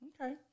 Okay